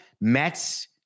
Mets